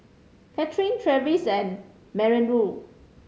Katherin Travis and Minoru